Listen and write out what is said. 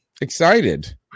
excited